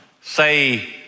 say